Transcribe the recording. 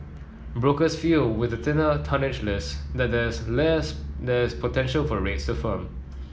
brokers feel with the thinner tonnage list there there's less that's potential for rates to firm